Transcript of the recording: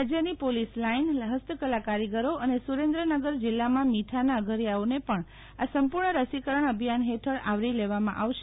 રાજ્યની police line ફસ્તકલા કારીગરો અને સુરેન્દ્રનગર જિલ્લામાં મીઠાના અગરિયાઓને પણ આ સંપૂર્ણ રસીકરણ અભિયાન હેઠળ આવરી લેવામાં આવશે